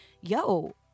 yo